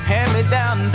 Hand-me-down